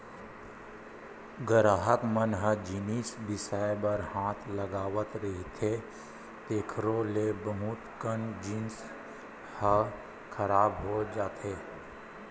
गराहक मन ह जिनिस बिसाए बर हाथ लगावत रहिथे तेखरो ले बहुत कन जिनिस ह खराब हो जाथे